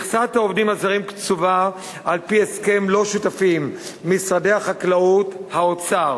מכסת העובדים הזרים קצובה על-פי הסכם ששותפים לו משרדי החקלאות והאוצר,